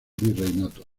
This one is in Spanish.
virreinato